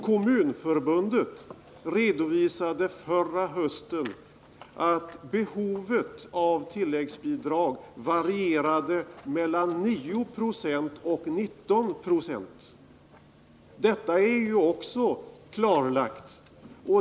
Kommunförbundet redovisade förra hösten att behovet av tilläggsbidrag varierade mellan 9 och 19 20. Också detta är klarlagt.